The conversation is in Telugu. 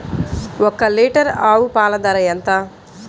ఒక్క లీటర్ ఆవు పాల ధర ఎంత?